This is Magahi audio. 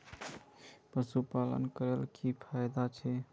पशुपालन करले की की फायदा छे?